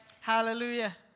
Hallelujah